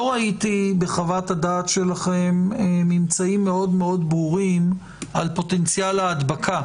לא ראיתי בחוות הדעת שלכם ממצאים מאוד מאוד ברורים על פוטנציאל ההדבקה